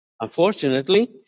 Unfortunately